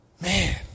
Man